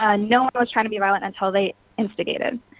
ah no one but was trying to be relevant until the instigated.